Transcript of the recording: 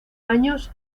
años